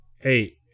Hey